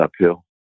uphill